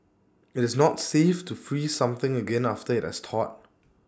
IT is not safe to freeze something again after IT has thawed